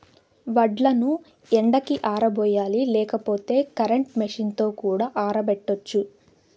వడ్లను ఎండకి ఆరబోయాలి లేకపోతే కరెంట్ మెషీన్ తో కూడా ఆరబెట్టచ్చు